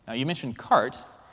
ah you mentioned cart.